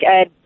ed